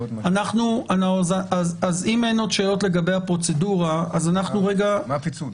אם אין שאלות לגבי הפרוצדורה אני אומר מה הפיצול.